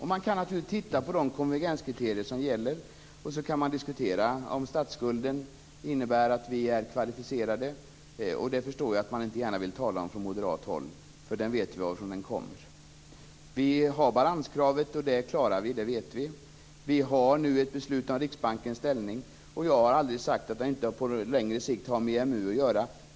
Man kan naturligtvis titta på de konvergenskriterier som gäller och så kan man diskutera om statsskulden innebär att vi är kvalificerade. Det förstår jag att man inte gärna vill tala om från moderat håll, för vi vet ju varifrån den kommer. Balanskravet klarar vi, det vet vi. Vi har nu ett beslut om Riksbankens ställning. Jag har aldrig sagt att det inte på längre sikt har med EMU att göra.